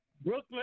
Brooklyn